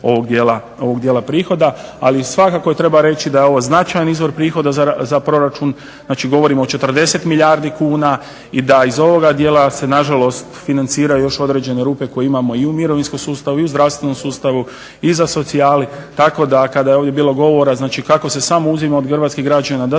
ovog dijela prihoda. Ali, svakako treba reći da je ovo značajan izvor prihoda za proračun. Znači, govorimo o 40 milijardi kuna i da iz ovoga dijela se nažalost financiraju još određene rupe koje imamo i u mirovinskom sustavu i zdravstvenom sustavu i u socijali. Tako da kada je ovdje bilo govora kako se samo uzima od hrvatskih građana da